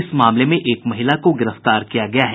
इस मामले में एक महिला को गिरफ्तार किया गया है